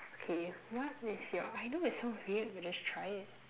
okay what your I know it sounds weird but just try it